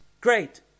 great